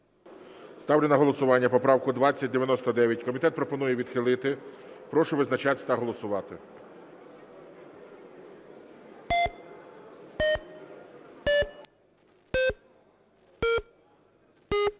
Ставлю на голосування поправку 2099. Комітет пропонує відхилити. Прошу визначатись та голосувати.